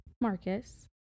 Marcus